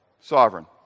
Sovereign